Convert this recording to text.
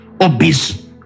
obese